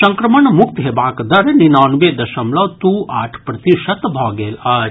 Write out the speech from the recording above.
संक्रमणमुक्त हेबाक दर निनानवे दशमलव दू आठ प्रतिशत भऽ गेल अछि